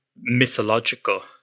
mythological